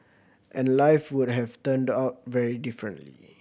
and life would have turned out very differently